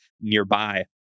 nearby